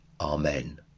Amen